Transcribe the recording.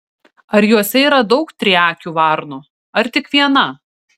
ar juose yra daug triakių varnų ar tik viena